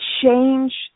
change